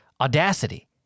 Audacity